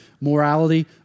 morality